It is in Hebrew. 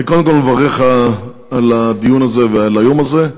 אני קודם כול מברך על הדיון הזה ועל היום הזה.